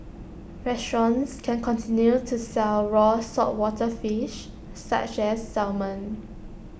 restaurants can continue to sell raw saltwater fish such as salmon